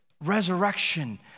resurrection